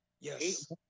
Yes